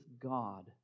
God